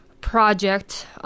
Project